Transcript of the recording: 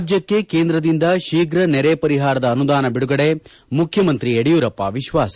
ರಾಜ್ಯಕ್ಷೆ ಕೇಂದ್ರದಿಂದ ಶೀಘ ನೆರೆ ಪರಿಹಾರದ ಅನುದಾನ ಬಿಡುಗಡೆ ಮುಖ್ಡಮಂತ್ರಿ ಯಡಿಯೂರಪ್ಪ ವಿಶ್ವಾಸ